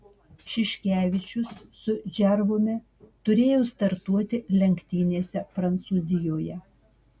šiškevičius su džervumi turėjo startuoti lenktynėse prancūzijoje